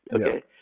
Okay